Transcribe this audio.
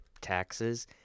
taxes